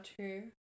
true